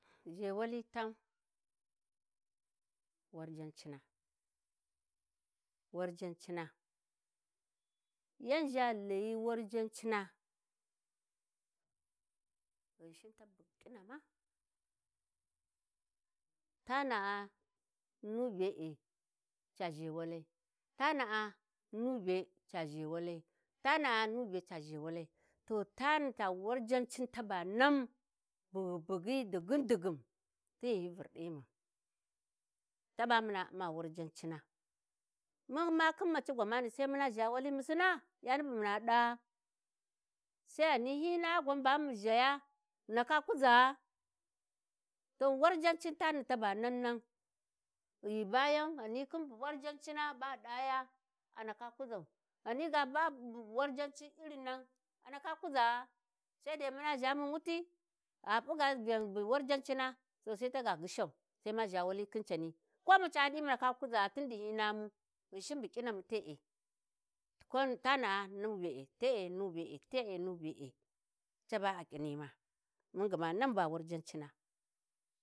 ﻿Zhewali tan warjancina, wa-Jancina, yan ʒha ghi tayi warjan-cina Ghinshin ta bu ƙinama, ta na a nu be e ca ʒhewalai tana a nu be ca ʒhewalai, ta na a nu be ca ʒhewalai to warjancin taba nan bu ghu bughi, ɗi ghum dighum tin ghi hyi Vurɗi mun taba muna umma warjancina, mun ma khin maci gwamani sai muna ʒha wali mu sinṇa yani bu muna da sai ghani hyi na-a gwan bamu ʒhaya ghi ndaka kuʒa-a, to warjancin tani ta ba nan nan ghi ghu bayan ghani khin bu warjancina ba ghu ɗaya a ndaka kuʒau, ghani ga ba bu bu warjancin irin nan a ndaka kuʒa-a, sai dai muna ʒha mun wuti, gha p'u ga vyan bu warjan cina to sai taga ghishau Sai ma ʒha wali khin cani, ko mu ca ɗi mu ndaka kuʒa-a tindi hyi na-a mu Ghinshin bu ƙina mu te'e ko tana a nu be e, te e nu be e Ca ba a ƙinni ma, mun gma nan ba warjancina.